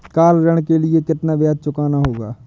Car ऋण के लिए कितना ब्याज चुकाना होगा?